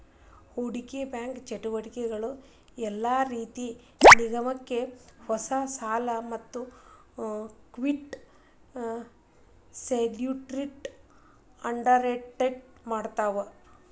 ಹೂಡಿಕಿ ಬ್ಯಾಂಕಿಂಗ್ ಚಟುವಟಿಕಿಗಳ ಯೆಲ್ಲಾ ರೇತಿ ನಿಗಮಕ್ಕ ಹೊಸಾ ಸಾಲಾ ಮತ್ತ ಇಕ್ವಿಟಿ ಸೆಕ್ಯುರಿಟಿ ಅಂಡರ್ರೈಟ್ ಮಾಡ್ತಾವ